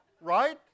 Right